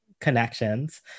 connections